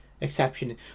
exception